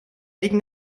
ligue